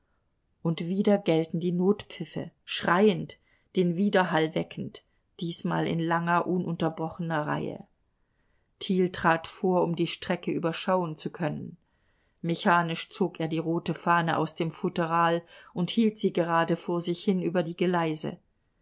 und wieder gellten die notpfiffe schreiend den widerhall weckend diesmal in langer ununterbrochener reihe thiel trat vor um die strecke überschauen zu können mechanisch zog er die rote fahne aus dem futteral und hielt sie gerade vor sich hin über die geleise